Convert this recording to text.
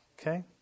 Okay